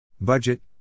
Budget